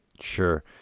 Sure